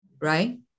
right